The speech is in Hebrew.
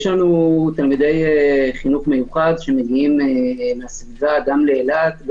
יש לנו תלמידי חינוך מיוחד שמגיעים מהסביבה גם לאילת,